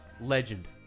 legend